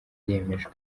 yemejwe